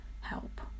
Help